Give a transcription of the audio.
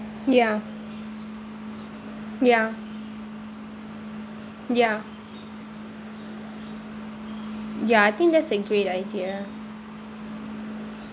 ya ya ya ya I think that's a great idea